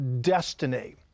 destiny